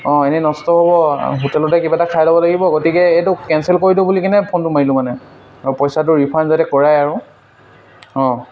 অঁ এনে নষ্ট হ'ব হোটেলতে কিবা এটা খাই ল'ব লাগিব গতিকে এইটো কেনচেল কৰি দিওঁ বুলি কিনে ফোনটো মাৰিলোঁ মানে আৰু পইচাটো ৰিফাণ্ড যাতে কৰে আৰু অঁ